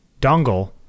dongle